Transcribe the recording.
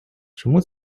чому